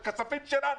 אלה כספים שלנו,